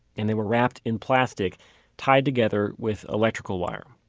and they were wrapped in plastic tied together with electrical wire